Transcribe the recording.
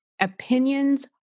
Opinions